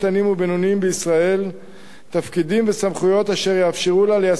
ובינוניים בישראל תפקידים וסמכויות אשר יאפשרו לה ליישם